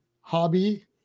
hobby